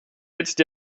jetzt